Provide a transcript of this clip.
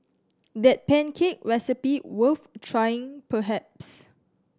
that pancake recipe worth trying perhaps